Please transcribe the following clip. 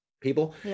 people